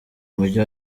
mujyi